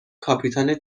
کاپیتان